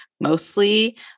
mostly